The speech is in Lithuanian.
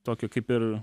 tokio kaip ir